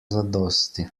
zadosti